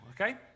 Okay